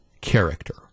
character